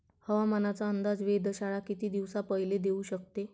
हवामानाचा अंदाज वेधशाळा किती दिवसा पयले देऊ शकते?